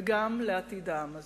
וגם לעתיד העם הזה.